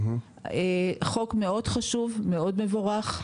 חוק מאוד חשוב, מאוד מבורך.